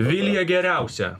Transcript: vilija geriausia